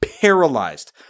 paralyzed